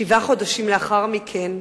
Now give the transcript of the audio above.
שבעה חודשים לאחר מכן: